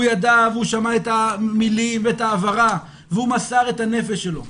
הוא ידע והוא שמע את המילים ואת ההברה והוא מסר את הנפש שלו.